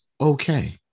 okay